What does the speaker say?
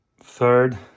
third